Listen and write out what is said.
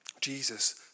Jesus